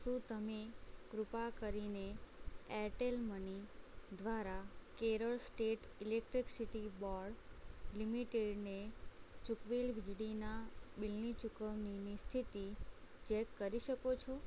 શું તમે કૃપા કરીને એરટેલ મની દ્વારા કેરળ સ્ટેટ ઈલેક્ટ્રિસિટી બોર્ડ લિમિટેડને ચૂકવેલ વીજળીના બિલની ચુકવણીની સ્થિતિ ચેક કરી શકો છો